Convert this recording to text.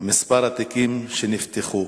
מספר התיקים שנפתחו,